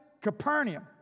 Capernaum